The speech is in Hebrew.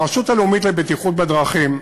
הרשות הלאומית לבטיחות בדרכים,